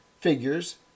figures